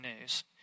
news